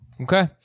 Okay